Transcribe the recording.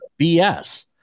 BS